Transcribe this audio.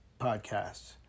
podcasts